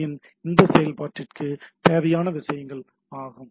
B இன் இந்த செயல்பாட்டிற்கு தேவையான விஷயங்கள் ஆகும்